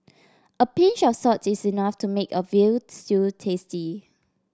a pinch of salt is enough to make a veal stew tasty